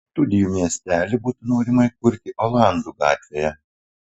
studijų miestelį būtų norima įkurti olandų gatvėje